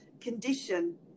condition